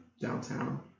downtown